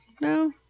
No